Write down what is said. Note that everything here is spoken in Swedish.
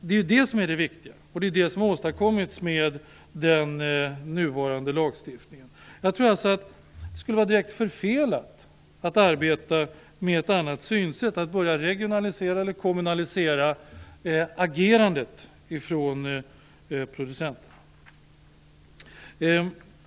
Det är det som är det viktiga, och det är det som har åstadkommits med den nuvarande lagstiftningen. Jag tror att det skulle vara direkt förfelat att börja arbeta med ett annat synsätt och regionalisera eller kommunalisera agerandet från producenterna. Herr talman!